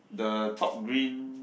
the top green